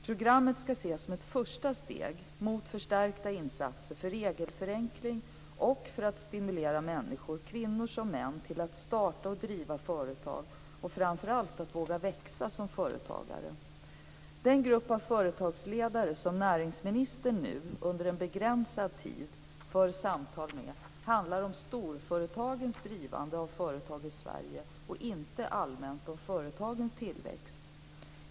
Programmet skall ses som ett första steg mot förstärkta insatser för regelförenkling och för att stimulera människor - kvinnor och män - till att starta och driva företag och framför allt att våga växa som företagare. Den grupp av företagsledare som näringsministern nu, under en begränsad tid, för samtal med handlar om storföretagens drivande av företag i Sverige och inte allmänt om företagens tillväxt.